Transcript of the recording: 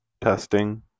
Testing